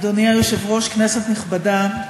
אדוני היושב-ראש, כנסת נכבדה,